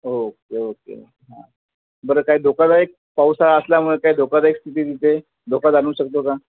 okay okay हां बरं काय धोकादायक पावसाळा असल्यामुळे काय धोकादायक स्थिती तिथे धोका जाणवू शकतो का